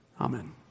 amen